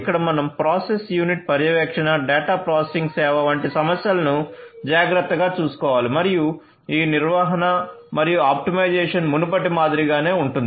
ఇక్కడ మనం process unit పర్యవేక్షణ డేటా ప్రాసెసింగ్ సేవ వంటి సమస్యలను జాగ్రత్తగా చూసుకోవాలి మరియు ఈ నిర్వహణ మరియు ఆప్టిమైజేషన్ మునుపటి మాదిరిగానే ఉంటుంది